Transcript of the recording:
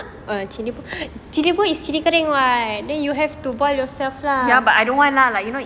but I don't want lah like you know